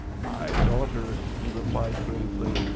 my daughter, he replied, gravely,